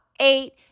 Eight